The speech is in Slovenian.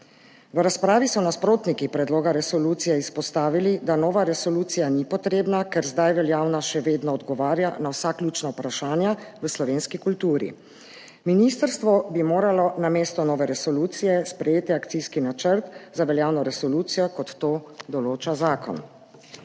V razpravi so nasprotniki predloga resolucije izpostavili, da nova resolucija ni potrebna, ker zdaj veljavna še vedno odgovarja na vsa ključna vprašanja v slovenski kulturi. Ministrstvo bi moralo namesto nove resolucije sprejeti akcijski načrt za veljavno resolucijo, kot to določa zakon.